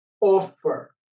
offer